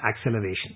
acceleration